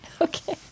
Okay